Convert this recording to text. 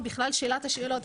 או בכלל שאילת השאלות.